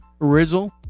Rizzle